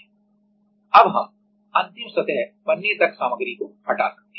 अब हम अंतिम सतह बनने तक सामग्री को हटा सकते हैं